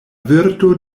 virto